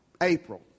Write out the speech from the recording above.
April